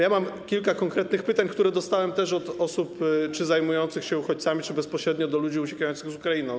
Ja mam kilka konkretnych pytań, które dostałem od osób zajmujących się uchodźcami i bezpośrednio od ludzi uciekających z Ukrainy.